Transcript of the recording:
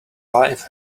life